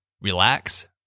Relax